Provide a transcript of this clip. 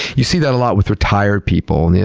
you see that a lot with retired people, and yeah